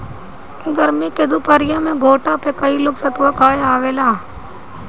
गरमी के दुपहरिया में घोठा पे कई लोग सतुआ खाए आवेला